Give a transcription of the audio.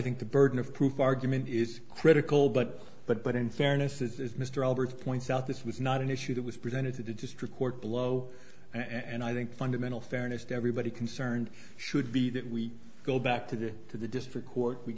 think the burden of proof argument is critical but but but in fairness is mr albert points out this was not an issue that was presented to the district court below and i think fundamental fairness to everybody concerned should be that we go back to to the district court we